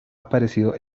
aparecido